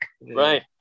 Right